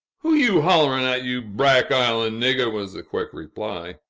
who you holl'rin' at, you brack island niggah? was the quick reply.